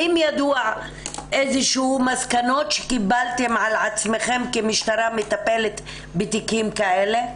האם יש איזה מסקנות שקיבלתם על עצמכם כמשטרה המטפלת בתיקים כאלה?